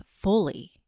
fully